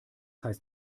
heißt